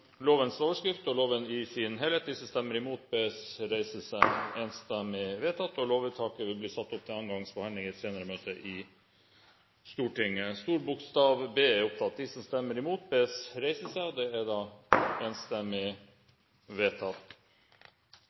lovens overskrift og loven i sin helhet. Lovvedtaket vil bli ført opp til andre gangs behandling i et senere møte i Stortinget. Det voteres over B. Til denne saken er det satt fram to forslag. Det er